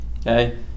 Okay